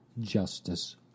justice